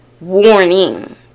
warning